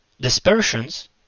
dispersions